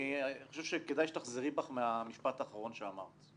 אני חושב שכדאי שתחזרי בך מהמשפט האחרון שאמרת.